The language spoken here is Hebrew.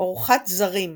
"אורחת זרים",